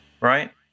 Right